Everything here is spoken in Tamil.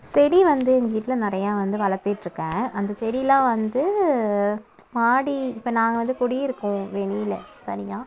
செடி வந்து எங்கள் வீட்டில நிறையா வந்து வளர்த்துட்ருக்கேன் அந்த செடிலாம் வந்து மாடி இப்போ நாங்கள் வந்து குடி இருக்கோம் வெளியில தனியாக